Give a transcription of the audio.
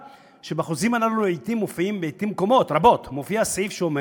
בחוזים הללו לעתים רבות מופיע סעיף שאומר